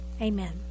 Amen